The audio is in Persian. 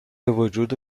وجود